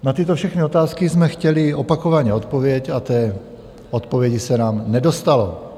Na tyto všechny otázky jsme chtěli opakovaně odpověď a té odpovědi se nám nedostalo.